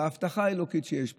בהבטחה האלוקית שיש פה.